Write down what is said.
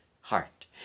heart